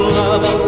love